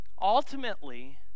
Ultimately